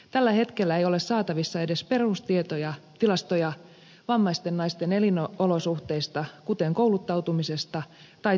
tällä hetkellä ei ole saatavissa edes perustilastoja vammaisten naisten elinolosuhteista kuten kouluttautumisesta tai työllistymisestä